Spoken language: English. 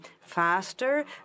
faster